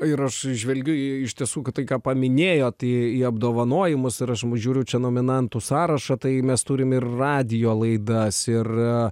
ir aš įžvelgiu iš tiesų kad tai ką paminėjot į apdovanojimus ir aš m žiūriu čia nominantus sąrašą tai mes turime ir radijo laidas ir